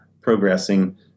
progressing